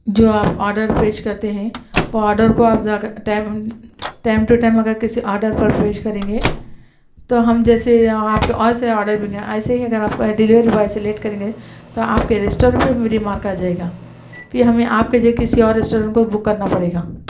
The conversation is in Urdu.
جو آپ آرڈر پیش کرتے ہیں وہ آرڈر کو آپ جا کر ٹیم ٹیم ٹو ٹیم اگر کسی آرڈر پر پیش کریں گے تو ہم جیسے آپ کے آج منگائیںگے ایسے ہی اگر آپ کو ڈیلیوری بوائے سے لیٹ کریں گے تو آپ کے ریسٹورینٹ پر بھی ریمارک آ جائے گا پھر ہمیں آپ کی جگہ کسی اور ریسٹورنٹ کو بک کرنا پڑے گا